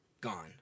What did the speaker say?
gone